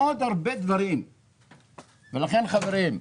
לכן חברים,